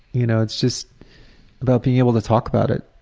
you know. it's just about being able to talk about it.